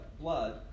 blood